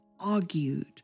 Argued